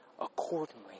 accordingly